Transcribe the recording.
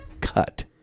cut